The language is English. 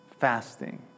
Fasting